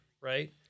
right